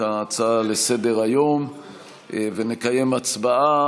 את ההצעה לסדר-היום ונקיים הצבעה,